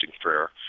prayer